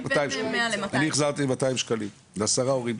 אני החזרתי 200 שקלים לעשרה הורים.